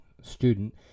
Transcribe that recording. student